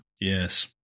Yes